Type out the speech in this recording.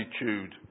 attitude